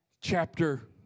Chapter